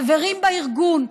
חברים בארגון,